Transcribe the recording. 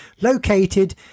located